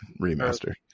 remaster